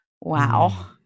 wow